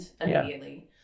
immediately